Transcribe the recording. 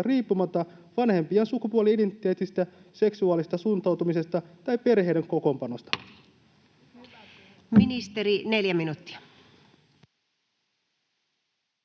riippumatta vanhempien sukupuoli-identiteetistä, seksuaalisesta suuntautumisesta tai